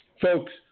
Folks